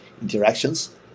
interactions